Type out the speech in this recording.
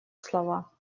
слова